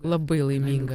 labai laiminga